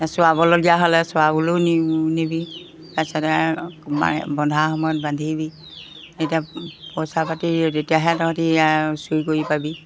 চৰাবলগীয়া হ'লে চৰাবলৈও নিম নিবি তাৰপিছতে মাৰে বন্ধা সময়ত বান্ধিবি এতিয়া পইচা পাতি তেতিয়াহে তহঁতি এইয়া চুই কৰি পাবি